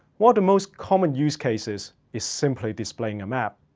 one of the most common use cases is simply displaying a map.